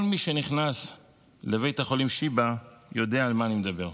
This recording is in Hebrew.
כל מי שנכנס לבית החולים שיבא יודע על מה אני מדבר.